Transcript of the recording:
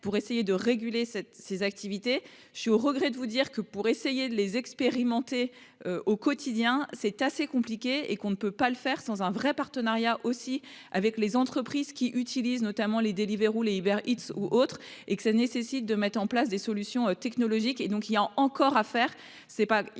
pour essayer de réguler cette ses activités. Je suis au regret de vous dire que pour essayer de les expérimenter au quotidien, c'est assez compliqué et qu'on ne peut pas le faire sans un vrai partenariat aussi avec les entreprises qui utilisent notamment les Deliveroo les UberEats ou autres et que ça nécessite de mettre en place des solutions technologiques et donc il y a encore à faire,